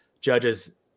judges